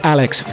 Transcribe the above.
Alex